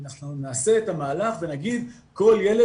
אם נעשה את המהלך ונגיד שכל ילד,